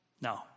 No